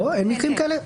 אין מקרים כאלה?